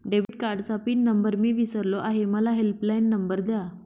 debit कार्डचा pin number मी विसरलो आहे मला हेल्पलाइन नंबर द्या